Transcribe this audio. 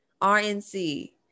rnc